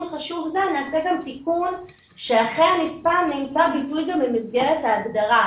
חשוב זה נעשה גם תיקון שאחיי הנספה נמצא גם במסגרת ההגדרה.